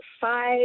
five